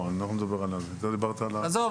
עזוב,